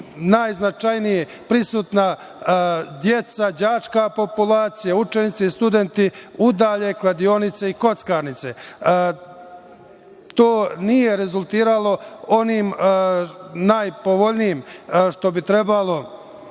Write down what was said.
najznačajnije prisutna deca, đačka populacija, učenici i studenti, udalje kladionice i kockarnice. To nije rezultiralo onim najpovoljnijim što bi trebalo